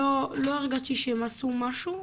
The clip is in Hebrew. לא הרגשתי שהם עשו משהו,